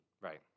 Right